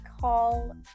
call